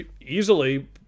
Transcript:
easily